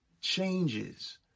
changes